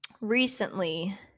recently